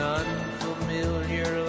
unfamiliar